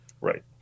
Right